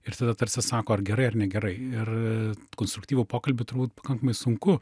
ir tada tarsi sako ar gerai ar negerai ir konstruktyvų pokalbį turbūt pakankamai sunku